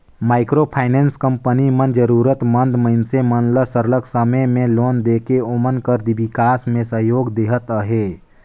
micro finance company मन जरूरत मंद मइनसे मन ल सरलग समे में लोन देके ओमन कर बिकास में सहयोग देहत अहे